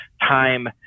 time